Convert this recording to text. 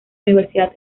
universidad